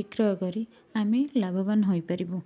ବିକ୍ରୟ କରି ଆମେ ଲାଭବାନ ହୋଇପାରିବୁ